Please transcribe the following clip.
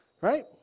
Right